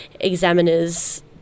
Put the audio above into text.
examiner's –